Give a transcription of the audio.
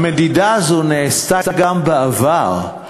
המדידה הזאת נעשתה גם בעבר,